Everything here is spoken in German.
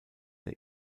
der